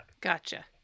Gotcha